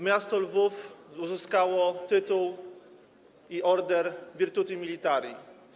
Miasto Lwów uzyskało tytuł i Order Virtuti Militari.